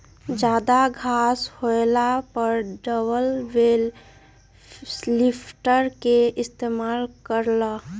जादा घास होएला पर डबल बेल लिफ्टर के इस्तेमाल कर ल